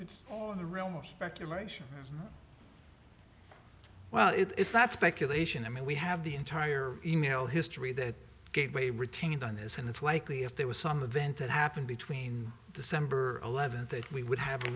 in the realm of speculation well it's not speculation i mean we have the entire e mail history that gateway retained on this and it's likely if there was some a vent that happened between the summer eleventh that we would have a